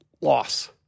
loss